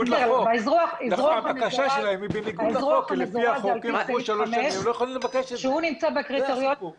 האזרוח המזורז זה על פי סעיף 5 שהוא נמצא בקריטריונים הרגילים.